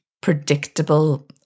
predictable